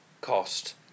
cost